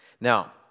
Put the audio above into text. Now